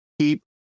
Keep